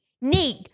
need